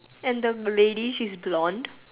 and the lady she's blonde